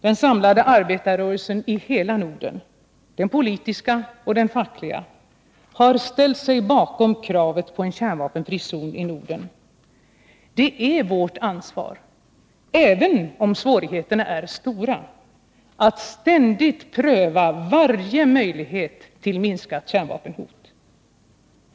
Den samlade arbetarrörelsen i hela Norden — den politiska och den fackliga — har ställt sig bakom kravet på en kärnvapenfri zon i Norden. Det är vårt ansvar — även om svårigheterna är stora — att ständigt pröva varje möjlighet till minskat kärnvapenhot.